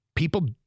People